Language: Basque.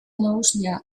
nagusia